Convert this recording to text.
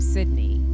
Sydney